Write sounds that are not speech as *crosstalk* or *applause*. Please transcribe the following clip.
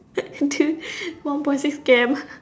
*laughs* into one point six K_M